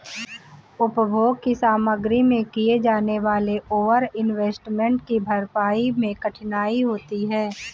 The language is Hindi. उपभोग की सामग्री में किए जाने वाले ओवर इन्वेस्टमेंट की भरपाई मैं कठिनाई होती है